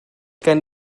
gen